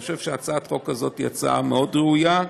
אני חושב שהצעת החוק הזאת היא הצעה מאוד ראויה.